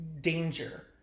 danger